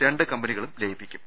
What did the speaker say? രണ്ട് കമ്പനികളും ലയിപ്പിക്കും